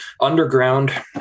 Underground